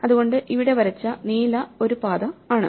അതുകൊണ്ട് ഇവിടെ വരച്ച നീല ഒരു പാത ആണ്